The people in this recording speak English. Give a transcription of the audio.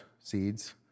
seeds